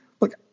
look